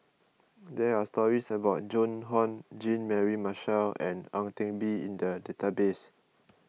there are stories about Joan Hon Jean Mary Marshall and Ang Teck Bee in the database